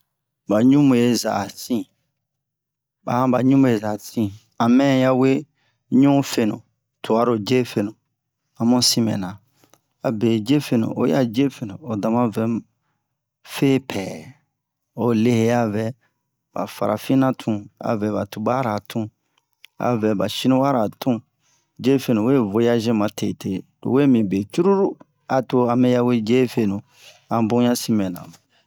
Ba ɲubeza sin ba han ba ɲubeza sin a mɛ yawe ɲufenu twa ro jefenu a mu sin mɛna abe jefenu oyi a jefenu o dama vɛ fepɛ o le he a vɛ ba farafina tun a vɛ ba tubara tun a vɛ ba shiniwara tun jefenu we voyaze ma tete lo we mi be cururu a to a mɛ ya we jefenu a bun ya sin mɛna mu